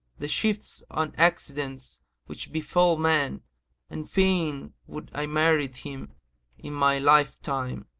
the shifts and accidents which befal man and fain would i marry him in my life-time.